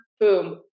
boom